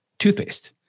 toothpaste